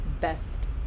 best